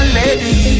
lady